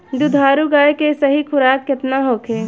दुधारू गाय के सही खुराक केतना होखे?